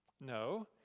No